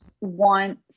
want